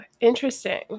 interesting